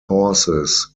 horses